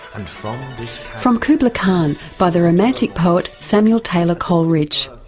and from from kubla kahn by the romantic poet samuel taylor coleridge.